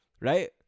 Right